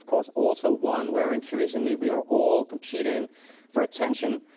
course, also one where increasingly we are all competing for attention,